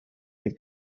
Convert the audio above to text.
den